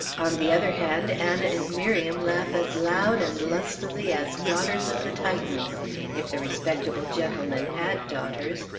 on the other hand, anna and miriam laugh as loud and lustily as daughters of the titans if the respectable gentlemen had daughters.